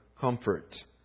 comfort